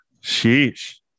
Sheesh